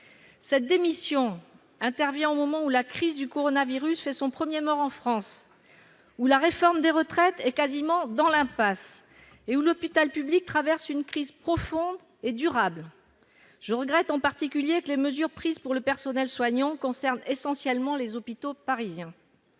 Cette démission intervient au moment où la crise du coronavirus fait son premier mort en France, où la réforme des retraites est quasiment dans l'impasse et où l'hôpital public traverse une crise profonde et durable. Je regrette en particulier que les mesures prises pour le personnel soignant concernent essentiellement les hôpitaux parisiens.